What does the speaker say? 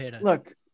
look